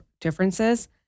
differences